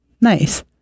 Nice